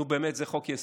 נו, באמת, זה חוק-יסוד?